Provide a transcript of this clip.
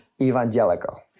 evangelical